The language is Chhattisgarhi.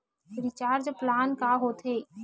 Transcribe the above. रिचार्ज प्लान का होथे?